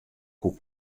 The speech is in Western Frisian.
koe